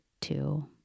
two